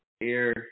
air